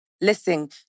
Listen